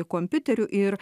kompiuteriu ir